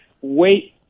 wait